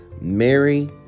Mary